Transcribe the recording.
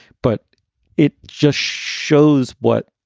but it just shows what.